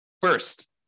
First